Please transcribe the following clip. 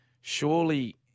surely